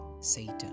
satan